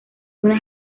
una